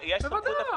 בוודאי.